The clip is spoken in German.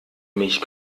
mich